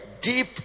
deep